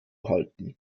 halten